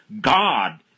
God